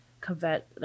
covet